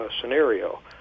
scenario